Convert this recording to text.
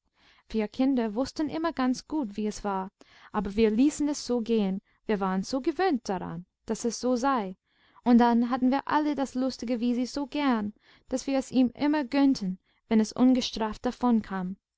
wir kinder wußten immer ganz gut wie es war aber wir ließen es so gehen wir waren so gewöhnt daran daß es so sei und dann hatten wir alle das lustige wisi so gern daß wir's ihm immer gönnten wenn es ungestraft davonkam und